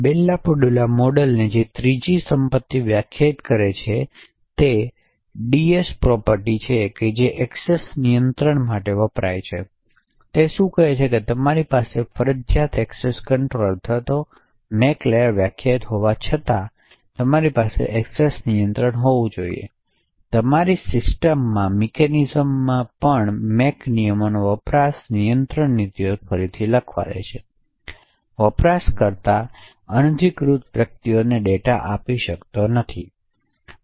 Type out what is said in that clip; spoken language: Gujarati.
બેલ લાપડુલા મોડેલ જે ત્રીજી સંપત્તિ વ્યાખ્યાયિત કરે છે તે ડીએસ પ્રોપર્ટી છે જે એક્સેસ નિયંત્રણ માટે વપરાય છે તેથી તે શું કહે છે કે તમારી પાસે ફરજિયાત એક્સેસ કંટ્રોલ અથવા MAC લેયર વ્યાખ્યાયિત હોવા છતાં તેમ છતાં તમારી પાસે એક્સેસ નિયંત્રણ હોવું જોઈએ તમારી સિસ્ટમમાં મિકેનિઝમ પણે MAC નિયમોનો વપરાશ નિયંત્રણ નીતિઓને ફરીથી લખી દે છે વપરાશકર્તા અનધિકૃત વ્યક્તિઓને ડેટા આપી શકતો નથી